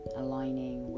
aligning